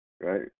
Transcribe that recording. right